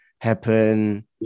happen